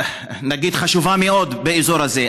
נגיד, חשובה מאוד באזור הזה.